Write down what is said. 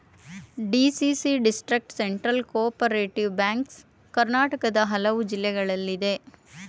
DCC district central cooperative banks ಕರ್ನಾಟಕದ ಹಲವು ಜಿಲ್ಲೆಗಳಲ್ಲಿದೆ